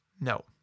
No